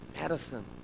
Medicine